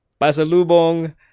pasalubong